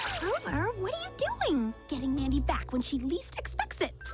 were were you doing getting mandi back when she least expects it